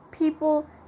People